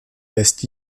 lässt